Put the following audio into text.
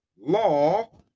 law